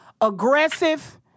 aggressive